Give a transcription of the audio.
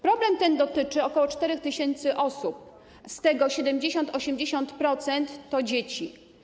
Problem ten dotyczy ok. 4 tys. osób, z czego 70%, 80% to dzieci.